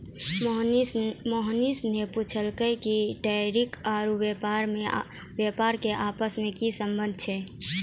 मोहनीश ने पूछलकै कि कर टैरिफ आरू व्यापार के आपस मे की संबंध छै